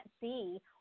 see